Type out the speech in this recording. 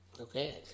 okay